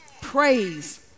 Praise